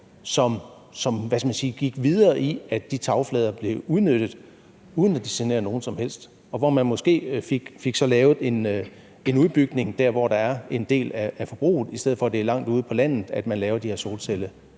sige, gik videre med, at de tagflader blev udnyttet, uden at det generede nogen som helst, og hvor man måske så fik lavet en udbygning dér, hvor der er en del af forbruget, i stedet for at det er langt ude på landet, man laver de her solcelleparker.